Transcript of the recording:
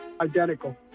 Identical